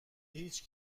هیچ